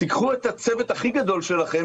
תיקחו את הצוות הכי גדול שלהם,